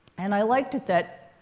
and i liked it that,